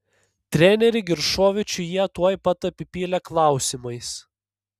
trenerį giršovičių jie tuoj pat apipylė klausimais